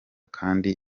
kandi